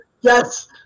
yes